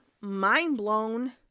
mind-blown